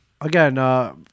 again